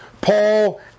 Paul